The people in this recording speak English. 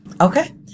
Okay